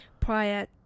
Prior